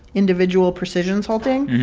individual precision salting.